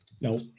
No